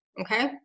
okay